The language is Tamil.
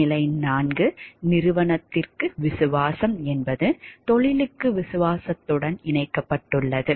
நிலை 4 நிறுவனத்திற்கு விசுவாசம் என்பது தொழிலுக்கு விசுவாசத்துடன் இணைக்கப்பட்டுள்ளது